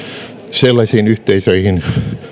sellaisiin yhteisöihin